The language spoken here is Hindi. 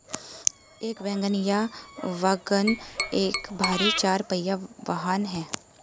एक वैगन या वाग्गन एक भारी चार पहिया वाहन है